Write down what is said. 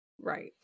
Right